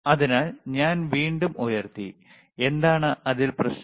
അതിനാൽ ഞാൻ വീണ്ടും ഉയർത്തി എന്താണ് അതിൽ പ്രശ്നം